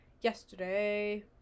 yesterday